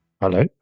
Hello